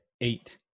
eight